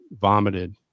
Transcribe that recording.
vomited